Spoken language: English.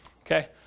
Okay